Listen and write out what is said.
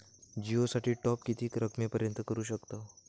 जिओ साठी टॉप किती रकमेपर्यंत करू शकतव?